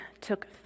took